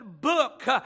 book